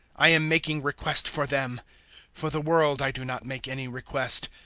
i am making request for them for the world i do not make any request,